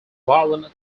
violent